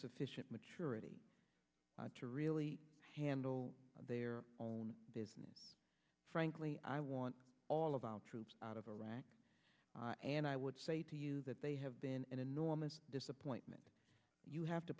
sufficient maturity to really handle their own business frankly i want all of our troops out of iraq and i would say to you that they have been an enormous disappointment you have to